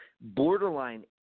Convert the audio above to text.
borderline